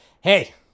Hey